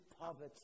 poverty